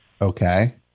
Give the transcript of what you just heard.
Okay